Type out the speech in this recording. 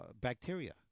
bacteria